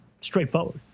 straightforward